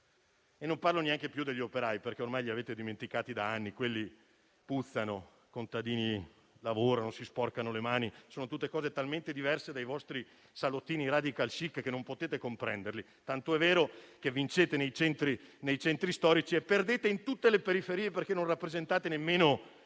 e non parlo neanche più degli operai, perché ormai li avete dimenticati da anni, quelli puzzano, così come avete dimenticato i contadini, che lavorano e si sporcano le mani. Sono tutte cose talmente diverse dai vostri salottini *radical chic* che non potete comprenderle, tant'è vero che vincete nei centri storici e perdete in tutte le periferie perché non rappresentate nemmeno